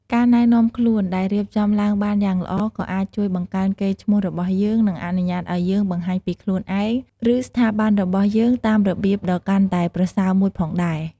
ការណែនាំខ្លួនដែលរៀបចំឡើងបានយ៉ាងល្អក៏អាចជួយបង្កើនកេរ្តិ៍ឈ្មោះរបស់យើង និងអនុញ្ញាតឱ្យយើងបង្ហាញពីខ្លួនឯង ឬស្ថាប័នរបស់យើងតាមរបៀបដ៏កាន់តែប្រសើរមួយផងដែរ។